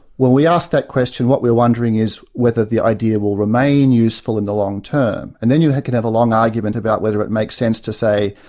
well, we asked that question, what we're wondering is whether the idea will remain useful in the long term. and then you could have a long argument about whether it makes sense to say,